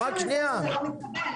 מתקבלת,